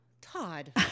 Todd